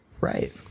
right